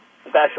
special